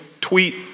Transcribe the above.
tweet